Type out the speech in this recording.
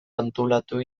antolatu